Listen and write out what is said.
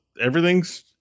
everything's